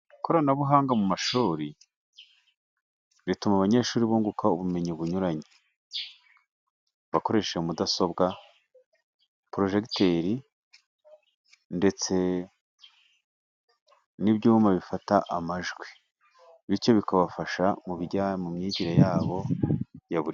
Ikoranabuhanga mu mashuri rituma abanyeshuri bunguka ubumenyi bakoresha mudasobwa, porojegiteri, ndetse n'ibyuma bifata amajwi, bityo bikabafasha mu myigire yabo ya buri.....